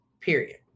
period